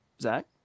Zach